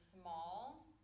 small